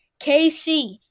KC